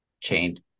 Chained